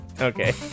okay